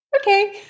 okay